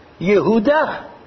Yehuda